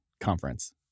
conference